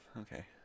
okay